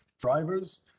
drivers